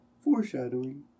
foreshadowing